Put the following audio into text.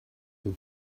were